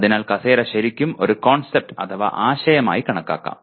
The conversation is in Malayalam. അതിനാൽ കസേര ശരിക്കും ഒരു കോൺസെപ്ട് അഥവാ ആശയമായി കണക്കാക്കാം